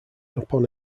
upon